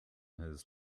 his